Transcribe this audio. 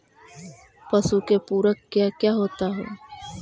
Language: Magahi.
पशु के पुरक क्या क्या होता हो?